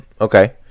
Okay